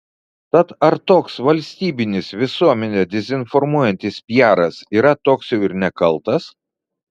tad ar toks valstybinis visuomenę dezinformuojantis piaras yra toks jau ir nekaltas